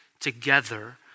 together